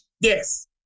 Yes